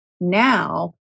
now